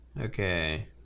Okay